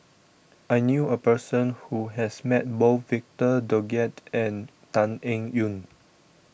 I knew a person who has met both Victor Doggett and Tan Eng Yoon